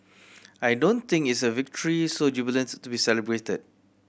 I don't think it's a victory so jubilant to be celebrated